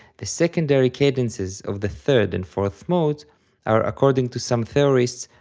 the secondary cadences of the third and fourth modes are, according to some theorists,